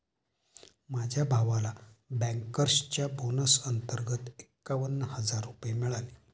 माझ्या भावाला बँकर्सच्या बोनस अंतर्गत एकावन्न हजार रुपये मिळाले